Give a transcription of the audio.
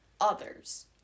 others